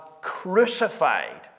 crucified